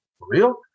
real